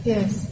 Yes